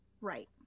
right